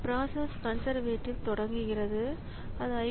process conservative தொடங்குகிறது அது IO